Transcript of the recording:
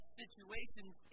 situations